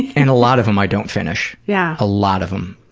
and a lot of them i don't finish. yeah a lot of them.